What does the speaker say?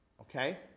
Okay